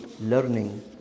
learning